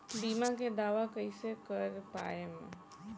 बीमा के दावा कईसे कर पाएम?